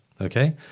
okay